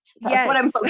yes